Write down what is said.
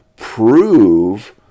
prove